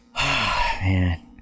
man